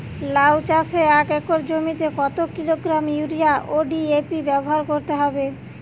লাউ চাষে এক একর জমিতে কত কিলোগ্রাম ইউরিয়া ও ডি.এ.পি ব্যবহার করতে হবে?